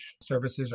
services